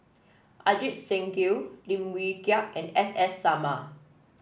Ajit Singh Gill Lim Wee Kiak and S S Sarma